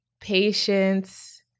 patience